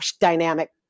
dynamic